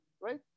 right